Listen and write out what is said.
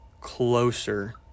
closer